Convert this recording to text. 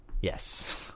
Yes